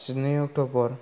जिनै अक्टबर